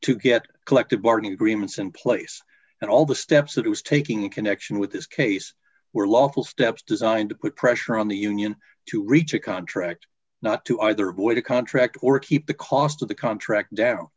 to get collective bargaining agreements in place and all the steps it was taking in connection with this case were lawful steps designed to put pressure on the union to reach a contract not to either avoid a contract or keep the cost of the contract down